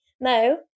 no